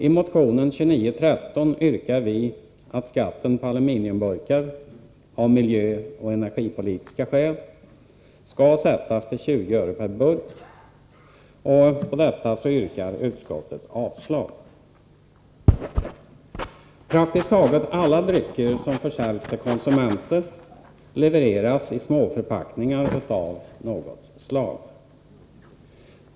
I motion 2913 yrkar vi att skatten på aluminiumburkar av miljöoch energipolitiska skäl skall vara 20 öre per burk. På detta yrkar utskottet avslag. Praktiskt taget alla drycker som försäljs till konsumenter levereras i småförpackningar av något slag.